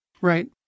Right